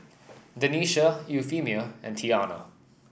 Denisha Euphemia and Tianna